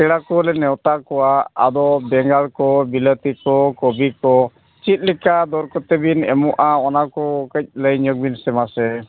ᱯᱮᱲᱟ ᱠᱚᱞᱮ ᱱᱮᱶᱛᱟ ᱠᱚᱣᱟ ᱟᱫᱚ ᱵᱮᱸᱜᱟᱲ ᱠᱚ ᱵᱤᱞᱟᱹᱛᱤ ᱠᱚ ᱠᱚᱯᱤ ᱠᱚ ᱪᱮᱫ ᱞᱮᱠᱟ ᱫᱚᱨ ᱠᱚᱛᱮ ᱵᱤᱱ ᱮᱢᱚᱜᱼᱟ ᱚᱱᱟ ᱠᱚ ᱠᱟᱹᱡ ᱞᱟᱹᱭ ᱧᱚᱜᱽ ᱵᱤᱱ ᱥᱮ ᱢᱟᱥᱮ